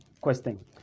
question